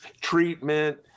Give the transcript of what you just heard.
treatment